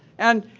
and